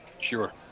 Sure